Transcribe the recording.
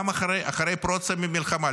גם אחרי פרוץ המלחמה.